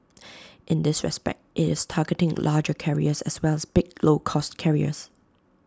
in this respect IT is targeting larger carriers as well as big low cost carriers